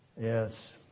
Yes